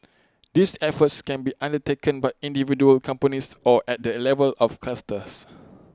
these efforts can be undertaken by individual companies or at the level of clusters